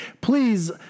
Please